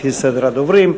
לפי סדר הדוברים.